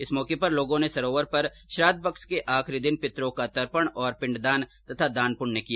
इस मौके लोगो ने सरोवर पर श्राद्ध पक्ष के आखिरी दिन पित्रों का तर्पण एवं पिंडदान तथा दानपुण्य किया